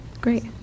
great